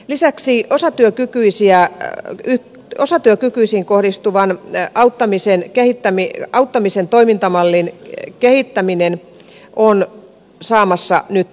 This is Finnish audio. lisäksi osatyökykyisiin kohdistuvan auttamisen toimintamallin kehittäminen on saamassa nyt määrärahaa